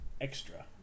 extra